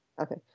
okay